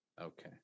Okay